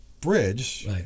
bridge